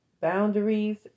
boundaries